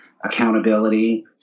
accountability